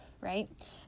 right